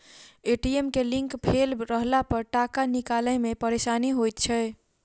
ATM के link fail रहलापर टाका निकालै मे परेशानी होइत छै